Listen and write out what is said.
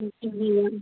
इसी लिए